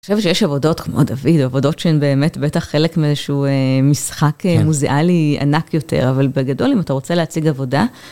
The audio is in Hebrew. אני חושבת שיש עבודות כמו דוד, עבודות שהן באמת בטח חלק מאיזשהו משחק מוזיאלי ענק יותר, אבל בגדול אם אתה רוצה להציג עבודה...